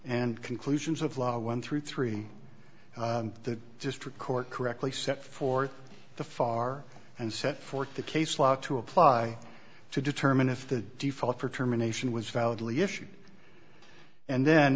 and conclusions of law one through three the district court correctly set forth the far and set forth the case law to apply to determine if the default for termination was validly issued and then